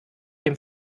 dem